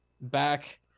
back